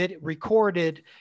recorded